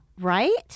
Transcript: right